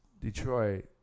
Detroit